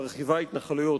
מרחיבה התנחלויות.